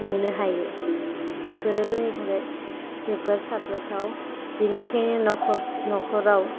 मोननो हायो बेफोरो जोंनि थाखाय जोबोर साबजाथाव बेनिखायनो नखराव